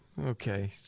Okay